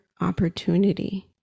opportunity